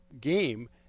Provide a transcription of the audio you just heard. game